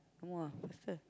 !wah! faster